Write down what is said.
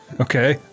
Okay